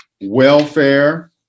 welfare